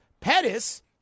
Pettis